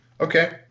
Okay